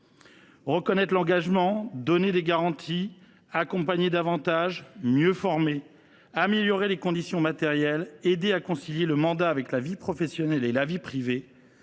Reconnaître l’engagement, donner des garanties, accompagner davantage, mieux former, améliorer les conditions matérielles, aider à concilier le mandat avec la vie professionnelle et la vie privée